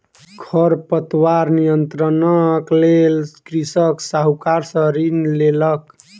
खरपतवार नियंत्रणक लेल कृषक साहूकार सॅ ऋण लेलक